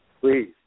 Please